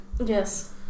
Yes